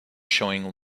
showing